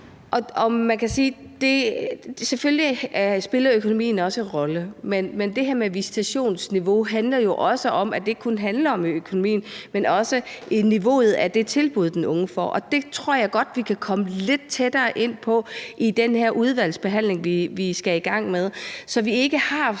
selvfølgelig også sige, at økonomien spiller en rolle, men det her med visitationsniveauet handler jo ikke kun om økonomien, men også om niveauet af det tilbud, den unge får, og det tror jeg godt vi kan komme lidt tættere ind på i den udvalgsbehandling, vi skal i gang med, så vi ikke har